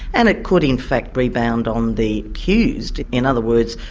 and it could in fact rebound on the accused. in other words,